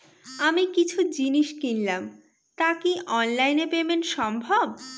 আমি কিছু জিনিস কিনলাম টা কি অনলাইন এ পেমেন্ট সম্বভ?